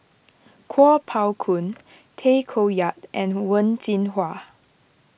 Kuo Pao Kun Tay Koh Yat and Wen Jinhua